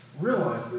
realize